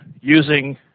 using